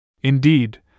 Indeed